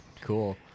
Cool